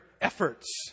efforts